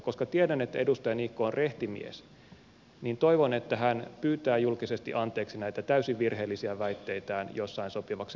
koska tiedän että edustaja niikko on rehti mies niin toivon että hän pyytää julkisesti anteeksi näitä täysin virheellisiä väitteitään jossain sopivaksi katsomassaan tilaisuudessa